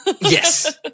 Yes